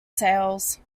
sales